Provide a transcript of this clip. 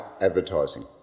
advertising